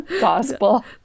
Gospel